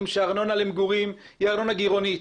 שארנונה למגורים היא ארנונה גירעונית,